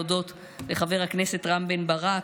להודות לחבר הכנסת רם בן ברק,